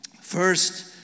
First